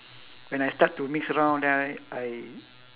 when I start to mix around then I I